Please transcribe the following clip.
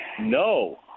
No